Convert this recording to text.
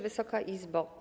Wysoka Izbo!